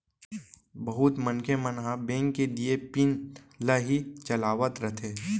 बहुत मनखे मन ह बेंक के दिये पिन ल ही चलावत रथें